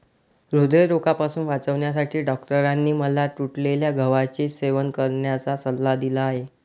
हृदयरोगापासून वाचण्यासाठी डॉक्टरांनी मला तुटलेल्या गव्हाचे सेवन करण्याचा सल्ला दिला आहे